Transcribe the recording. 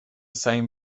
same